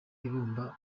ibumba